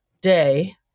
day